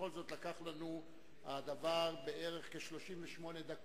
ובכל זאת לקח לנו הדבר בערך 38 דקות.